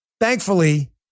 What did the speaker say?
Thankfully